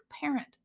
parent